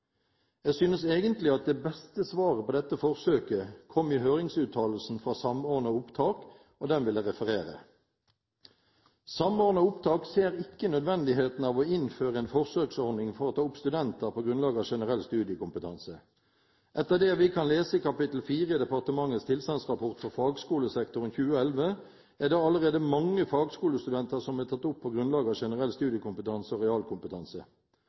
Jeg synes egentlig at det beste svaret på dette forsøket kom i høringsuttalelsen fra Samordna opptak, og den vil jeg referere: «Samordna opptak ser ikke nødvendigheten av å innføre en forsøksordning for å ta opp studenter på grunnlag av GSK. Etter det vi kan lese i kapittel 4 i departementets tilstandsrapport for fagskolesektoren 2011, er det allerede mange fagskolestudenter som er tatt opp på grunnlag av generell studiekompetanse og realkompetanse.